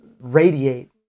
radiate